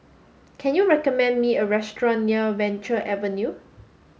can you recommend me a restaurant near Venture Avenue